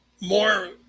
more